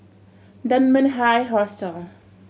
Dunmaned High Hostel